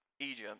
Egypt